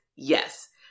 Yes